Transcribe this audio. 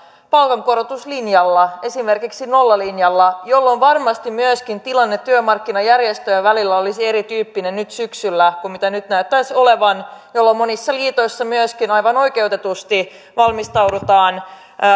palkankorotuslinjalla esimerkiksi nollalinjalla jolloin varmasti myöskin tilanne työmarkkinajärjestöjen välillä olisi erityyppinen nyt syksyllä kuin mitä nyt näyttäisi olevan eli että monissa liitoissa myöskin aivan oikeutetusti valmistaudutaan